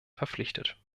verpflichtet